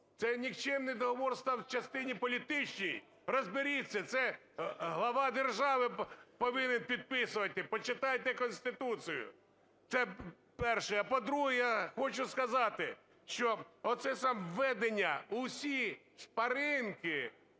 Цей нікчемний договір став в частині політичній. Розберіться, це глава держави повинен підписувати, почитайте Конституцію. Це перше. А по-друге, я хочу сказати, що оце… введення в усі шпаринки